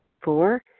Four